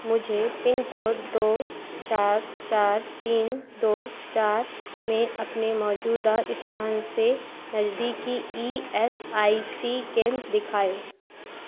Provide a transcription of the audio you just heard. मुझे पिनकोड दो चार चार तीन दो चार में अपने मौजूदा स्थान से नज़दीकी ई एस आई सी केंद्र दिखाएँ